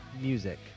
music